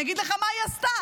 אני אגיד לך מה היא עשתה.